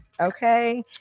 Okay